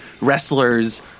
wrestlers